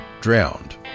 drowned